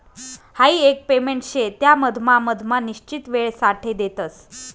हाई एक पेमेंट शे त्या मधमा मधमा निश्चित वेळसाठे देतस